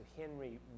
Henry